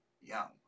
young